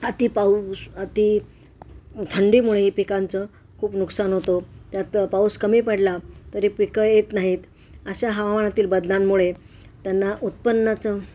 अति पाऊस अति थंडीमुळे ही पिकांचं खूप नुकसान होतं त्यात पाऊस कमी पडला तरी पिकं येत नाहीत अशा हवामानातील बदलांमुळे त्यांना उत्पन्नाचं